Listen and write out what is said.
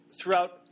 throughout